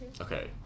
Okay